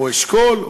או אשכול,